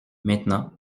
maintenant